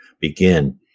begin